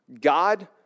God